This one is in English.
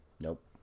Nope